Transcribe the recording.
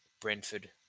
Brentford